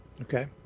okay